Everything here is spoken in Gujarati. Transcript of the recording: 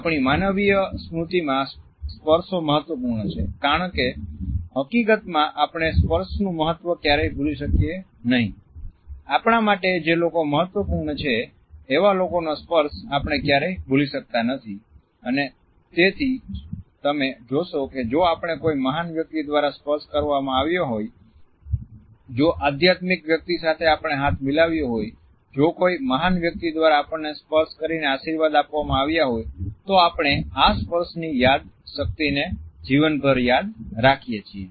આપણી માનવીય સ્મૃતિમાં સ્પર્શો મહત્વપૂર્ણ છે કારણ કે હકીકતમાં આપણે સ્પર્શનું મહત્વ ક્યારેય ભૂલી શકીએ નહીં આપણા માટે જે લોકો મહત્વપૂર્ણ છે એવા લોકોનો સ્પર્શ આપણે ક્યારેય ભૂલી શકતા નથી અને તેથી જ તમે જોશો કે જો આપણે કોઈ મહાન વ્યક્તિ દ્વારા સ્પર્શ કરવામાં આવ્યો હોય જો આધ્યાત્મિક વ્યક્તિ સાથે આપણે હાથ મિલાવ્યો હોય જો કોઈ મહાન વ્યક્તિ દ્વારા આપણને સ્પર્શ કરીને આશીર્વાદ આપવામાં આવ્યા હોય તો આપણે આ સ્પર્શની યાદશક્તિને જીવનભર યાદ રાખીએ છીએ